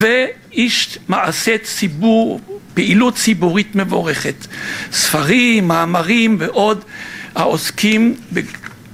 באיש מעשה ציבור, פעילות ציבורית מבורכת, ספרים, מאמרים ועוד, העוסקים